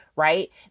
Right